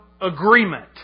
agreement